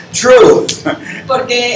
true